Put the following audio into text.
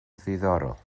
ddiddorol